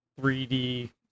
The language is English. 3D